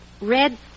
red